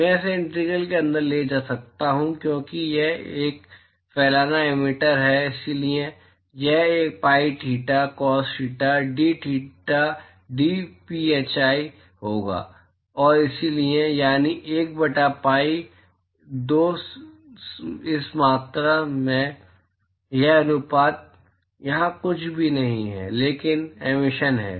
मैं इसे इंटीग्रल के अंदर ले जा सकता था क्योंकि यह एक फैलाना एमिटर है और इसलिए यह pi theta cos theta d theta d phi होगा और इसलिए यानी 1 बटा पीआई 2 इस मात्रा में यह अनुपात यहां कुछ भी नहीं है लेकिन एमिशन है